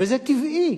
וזה טבעי,